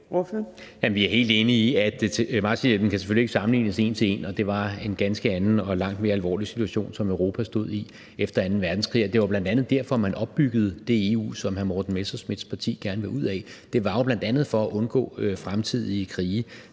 Vi er helt enige i, at Marshallhjælpen selvfølgelig ikke kan sammenlignes med det en til en, og at det var en ganske anden og langt mere alvorlig situation, som Europa stod i efter anden verdenskrig. Det var bl.a. derfor, man opbyggede det EU, som hr. Morten Messerschmidts parti gerne vil ud af. Det var jo bl.a. for at undgå fremtidige krige